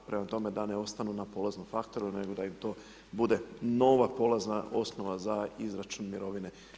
Prema tome, da ne ostanu na polaznom faktoru nego da im bude nova polazna osnova za izračun mirovine.